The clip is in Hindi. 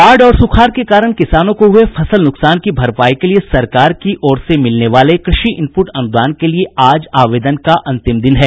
बाढ़ और सुखाड़ के कारण किसानों को हुये फसल नुकसान की भरपाई के लिए सरकार की ओर से मिलने वाले कृषि इनपुट अनुदान के लिए आज आवेदन का अंतिम दिन है